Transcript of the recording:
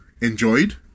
enjoyed